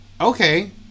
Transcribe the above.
okay